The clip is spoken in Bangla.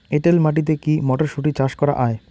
এটেল মাটিতে কী মটরশুটি চাষ করা য়ায়?